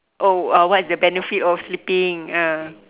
oh uh what is the benefit of sleeping ah